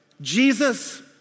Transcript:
Jesus